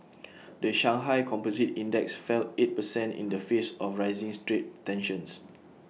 the Shanghai composite index fell eight percent in the face of rising trade tensions